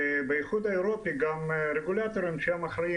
ובאיחוד האירופי הרגולטורים שאחראים